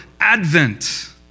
advent